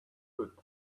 foot